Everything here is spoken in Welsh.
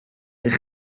eich